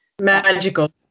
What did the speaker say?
magical